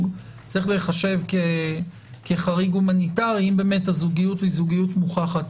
צריך להיחשב כחריג הומניטרי אם אכן הזוגיות היא זוגיות מוכחת.